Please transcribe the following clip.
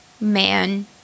man